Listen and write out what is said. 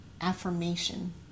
affirmation